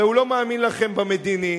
הרי הוא לא מאמין לכם במדיני,